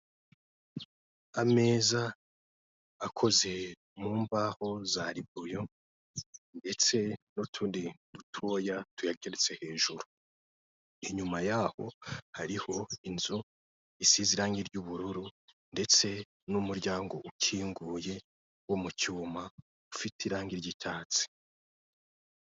Ameza akoze mu mbaho za ribuyo, ndetse n'utundi dutoya tuyateretse hejuru. Inyuma y'aho, hariho inzu isize irangi ry'ubururu ndetse n'umuryango ukinguye, wo mu cyuma, ufite irangi ry'icyatsi.